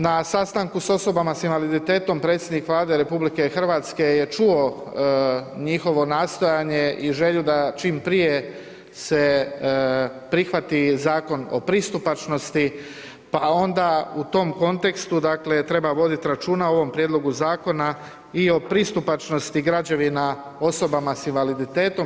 Na sastanku s osobama s invaliditetom predsjednik Vlade RH je čuo njihovo nastojanje i želju da čim prije se prihvati Zakon o pristupačnosti pa onda u tom kontekstu dakle treba voditi računa o ovom prijedlogu zakona i o pristupačnosti građevina osobama s invaliditetom.